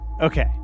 Okay